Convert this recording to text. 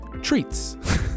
Treats